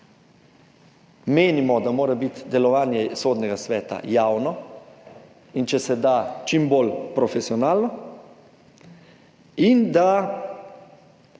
Menimo, da mora biti delovanje Sodnega sveta javno, in če se da, čim bolj profesionalno, in da